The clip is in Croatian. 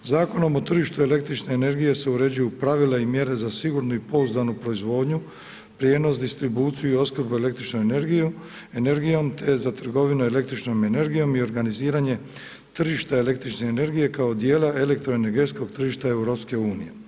Zakonom o tržištu električne energije se uređuju pravila i mjere za sigurnu i pouzdanu proizvodnju, prijenos, distribuciju i opskrbu električnom energijom te za trgovinu električnom energijom i organiziranje električne energije kao dijela elektroenergetskog tržišta EU.